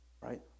right